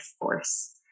force